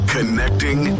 Connecting